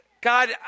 God